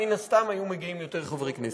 מן הסתם היו מגיעים יותר חברי כנסת.